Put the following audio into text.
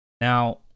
Now